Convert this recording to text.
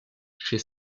chez